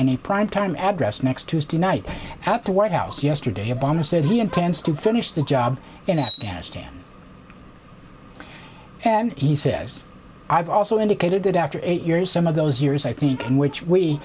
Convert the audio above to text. a primetime address next tuesday night at the white house yesterday a bomber said he intends to finish the job in afghanistan and he says i've also indicated that after eight years some of those years i think in which we